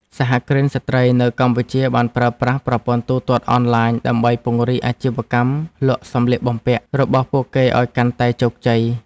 សហគ្រិនស្ត្រីនៅកម្ពុជាបានប្រើប្រាស់ប្រព័ន្ធទូទាត់អនឡាញដើម្បីពង្រីកអាជីវកម្មលក់សម្លៀកបំពាក់របស់ពួកគេឱ្យកាន់តែជោគជ័យ។